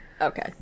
okay